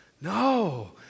No